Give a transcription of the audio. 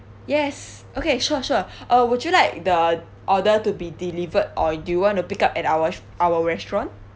yes okay sure sure uh would you like the order to be delivered or do you want to pick up at our our restaurant